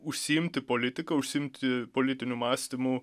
užsiimti politika užsiimti politiniu mąstymu